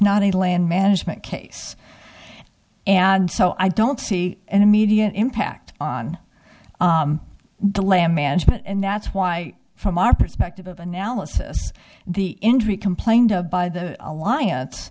not a land management case and so i don't see an immediate impact on the land management and that's why from our perspective of analysis the injury complained of by the alliance